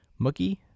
Mookie